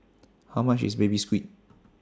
How much IS Baby Squid